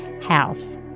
house